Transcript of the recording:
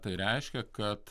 tai reiškia kad